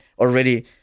already